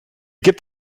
gibt